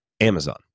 amazon